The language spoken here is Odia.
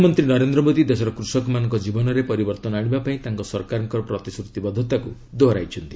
ପ୍ରଧାନମନ୍ତ୍ରୀ ନରେନ୍ଦ୍ର ମୋଦୀ ଦେଶର କୃଷକମାନଙ୍କ ଜୀବନରେ ପରିବର୍ତ୍ତନ ଆଶିବା ପାଇଁ ତାଙ୍କ ସରକାରଙ୍କ ପ୍ରତିଶ୍ରତିବଦ୍ଧତାକୁ ଦୋହରାଇଛନ୍ତି